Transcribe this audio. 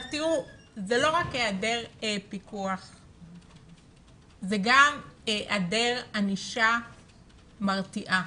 זה לא רק היעדר פיקוח אלא זה גם היעדר ענישה מרתיעה.